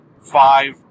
five